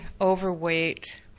overweight